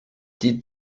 die